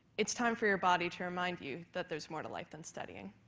it's time for your body to remind you that there's more to life than studying.